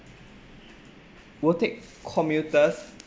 will take commuters